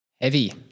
Heavy